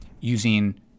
using